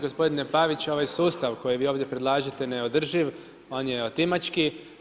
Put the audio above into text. Gospodine Pavić, ovaj sustav koji vi ovdje predlažete je neodrživ, on je otimački.